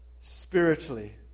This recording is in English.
Spiritually